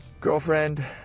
girlfriend